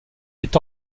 est